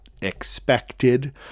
expected